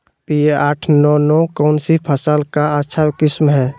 P एक आठ नौ नौ कौन सी फसल का अच्छा किस्म हैं?